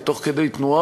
תוך כדי תנועה,